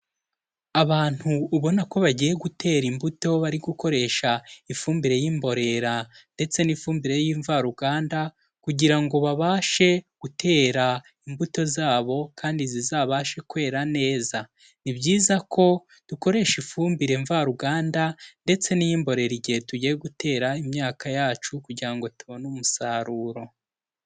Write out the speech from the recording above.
Abantu ubona ko bagiye gutera imbuto, bari gukoresha ifumbire y'imborera ndetse n'ifumbire y'imvaruganda kugira ngo babashe gutera imbuto zabo kandi zizabashe kwera neza. Ni byiza ko dukoresha ifumbire mvaruganda ndetse n'iy'imboreragihe tugiye gutera imyaka yacu kugira ngo tubone umusaruro.